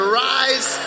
rise